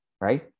right